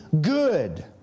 good